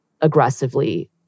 aggressively